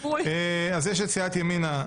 יש את סיעת ימינה.